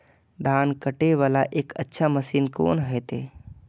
धान कटे वाला एक अच्छा मशीन कोन है ते?